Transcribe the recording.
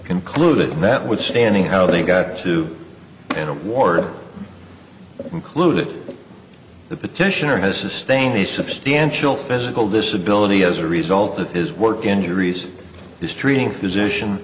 concluded that would standing how they got to an award included the petitioner has sustained a substantial physical disability as a result of his work injuries his treating physician